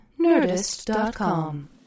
nerdist.com